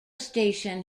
station